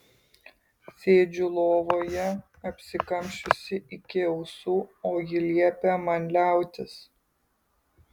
sėdžiu lovoje apsikamšiusi iki ausų o ji liepia man liautis